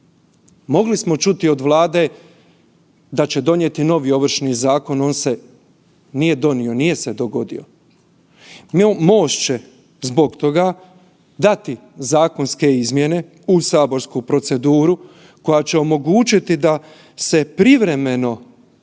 Mogli smo čuti od Vlade da će donijeti novi Ovršni zakon, on se nije donio, nije se dogodio. MOST će zbog toga dati zakonske izmjene u saborsku proceduru koja će omogućiti da se privremeno